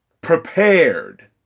prepared